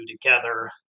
together